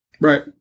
Right